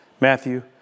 Matthew